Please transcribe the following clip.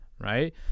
right